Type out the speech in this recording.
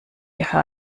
ihre